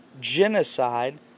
genocide